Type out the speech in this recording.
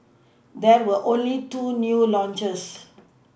there were only two new launches